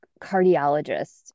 cardiologist